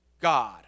God